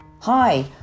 Hi